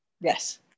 Yes